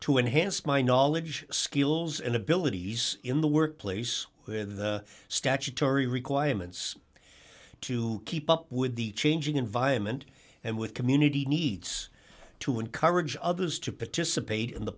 to enhance my knowledge skills and abilities in the workplace with the statutory requirements to keep up with the changing environment and with community needs to encourage others to participate in the